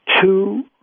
Two